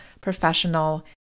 professional